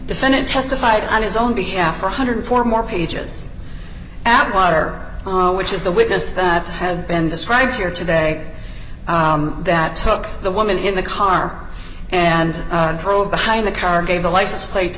defendant testified on his own behalf one hundred and four more pages atwater which is the witness that has been described here today that took the woman in the car and drove behind the car gave the license plate to